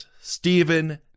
Stephen